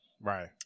Right